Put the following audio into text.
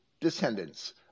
descendants